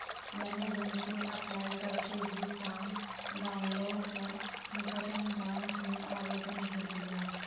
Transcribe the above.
मैंने ऋण के अप्लाई करते ही फार्म डाऊनलोड कर निकटम ब्रांच में आवेदन भर दिया